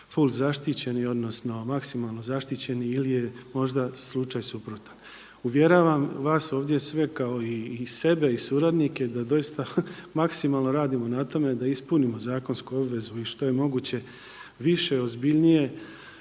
ful zaštićeni odnosno maksimalno zaštićeni ili je možda slučaj suprotan. Uvjeravam vas ovdje sve kao i sebe i suradnike da doista maksimalno radimo na tome da ispunimo zakonsku obvezu i što je moguće više ozbiljnije